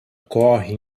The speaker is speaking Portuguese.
corre